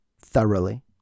Thoroughly